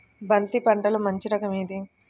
బంతి పంటలో మంచి రకం ఏది?